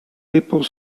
people